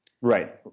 Right